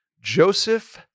Joseph